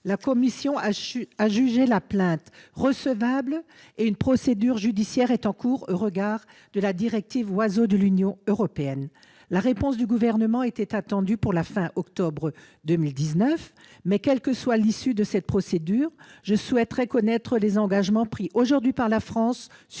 La Commission a jugé la plainte recevable et une procédure judiciaire est en cours au regard de la directive Oiseaux de l'Union européenne. La réponse du Gouvernement était attendue pour la fin octobre 2019. Quelle que soit l'issue de cette procédure, je souhaiterais connaître les engagements pris aujourd'hui par la France sur ce sujet.